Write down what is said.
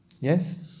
Yes